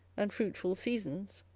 and fruitful seasons,